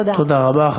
תודה רבה.